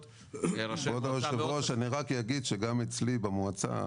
כבוד היו"ר אני רק אגיד שגם אצלי במועצה